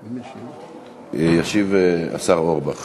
ישיב השר אורבך